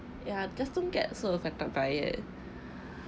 ya just don't get so affected by it